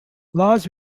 laws